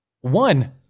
One